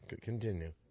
continue